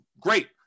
Great